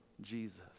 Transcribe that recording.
Jesus